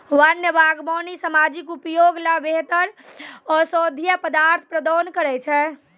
वन्य बागबानी सामाजिक उपयोग ल बेहतर औषधीय पदार्थ प्रदान करै छै